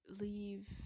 leave